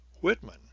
Whitman